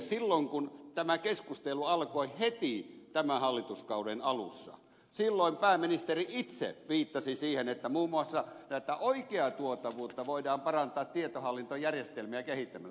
silloin kun tämä keskustelu alkoi heti tämän hallituskauden alussa pääministeri itse viittasi siihen että muun muassa tätä oikeaa tuottavuutta voidaan parantaa tietohallintojärjestelmiä kehittämällä